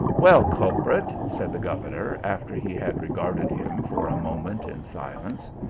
well, culprit! said the governor, after he had regarded him for a moment in silence,